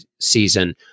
season